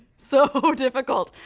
so difficult.